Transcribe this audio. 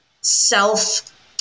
self